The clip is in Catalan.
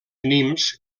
nimes